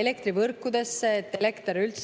elektrivõrkudesse, et elekter üldse